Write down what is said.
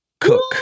Cook